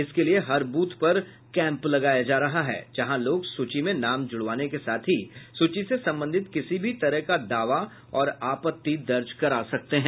इसके लिए हर बूथ पर कैंप लगाया जा रहा है जहां लोग सूची में नाम जुड़वाने के साथ ही सूची से संबंधित किसी भी तरह का दावा और आपत्ति दर्ज करा सकते हैं